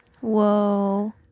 whoa